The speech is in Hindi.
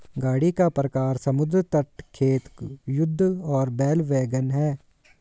गाड़ी का प्रकार समुद्र तट, खेत, युद्ध और बैल वैगन है